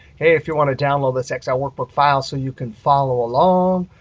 hey, if you want to download this excel workbook file so you can follow along,